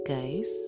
guys